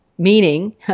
meaning